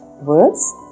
words